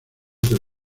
del